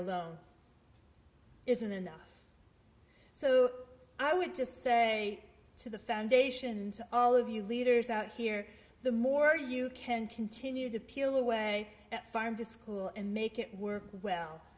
alone isn't enough so i would just say to the foundation and all of you leaders out here the more you can continue to peel away the farm to school and make it work well